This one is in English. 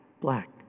black